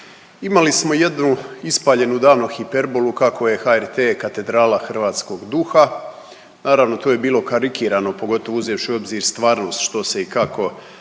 Imali smo jednu ispaljenu davno hiperbolu kako je HRT katedrala hrvatskog duha. Naravno to je bilo karikirano pogotovo uzevši u obzir stvarnost što se i kako radilo,